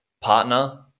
partner